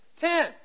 Ten